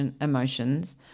emotions